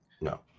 No